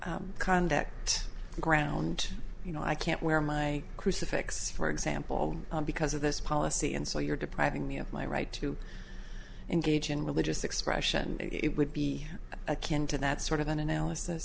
conduct ground you know i can't wear my crucifix for example because of this policy and so you're depriving me of my right to engage in religious expression it would be akin to that sort of an analysis